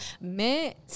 Mais